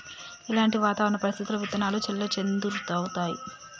ఎలాంటి వాతావరణ పరిస్థితుల్లో విత్తనాలు చెల్లాచెదరవుతయీ?